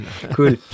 Cool